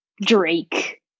Drake